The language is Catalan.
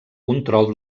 control